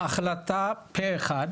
בהחלטה פה אחד